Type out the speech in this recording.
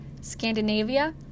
Scandinavia